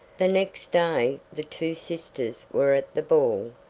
the next day the two sisters were at the ball,